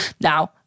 Now